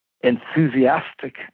enthusiastic